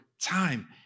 time